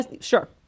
Sure